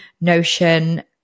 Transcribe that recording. Notion